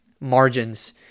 margins